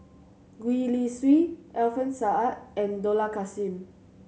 Gwee Li Sui Alfian Sa'at and Dollah Kassim